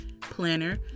planner